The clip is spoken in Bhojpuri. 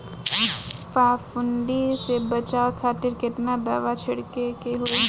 फाफूंदी से बचाव खातिर केतना दावा छीड़के के होई?